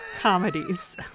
comedies